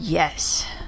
Yes